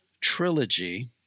trilogy